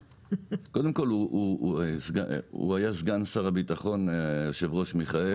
קודם כל, הוא היה שר הביטחון, יושב הראש מיכאל.